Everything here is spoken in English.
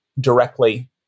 directly